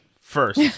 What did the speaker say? first